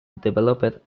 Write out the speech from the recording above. developed